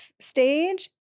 stage